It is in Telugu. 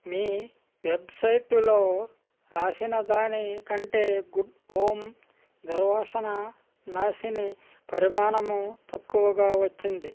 మీ వెబ్సైట్లో రాసిన దానికంటే గుడ్ హోమ్ దుర్వాసన నాశిని పరిమాణం తక్కువగా వచ్చింది